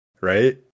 right